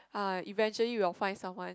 uh eventually you will find someone